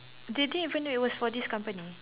did they even know it was for this company